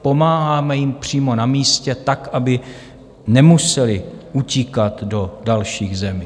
Pomáháme jim přímo na místě, tak aby nemuseli utíkat do dalších zemí.